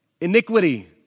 Iniquity